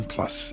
Plus